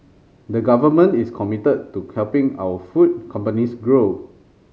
the Government is committed to helping our food companies grow